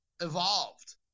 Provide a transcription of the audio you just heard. evolved